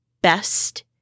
best